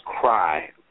cry